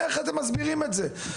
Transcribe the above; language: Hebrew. איך אתם מסבירים את זה?